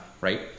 Right